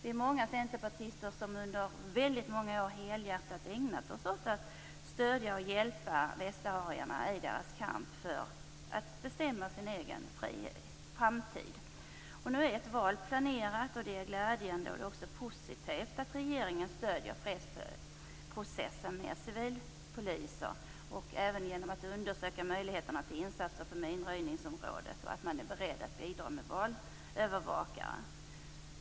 Vi är många centerpartister som under väldigt många år helhjärtat ägnat oss åt att stödja och hjälpa västsaharierna i deras kamp för att få bestämma över sin egen framtid. Nu är ett val planerat, vilket är mycket glädjande. Det är också positivt att man i regeringen stöder fredsprocessen med civilpoliser, undersöker möjligheter till insatser på minröjningsområdet och är beredd att bidra med valövervakare.